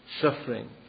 suffering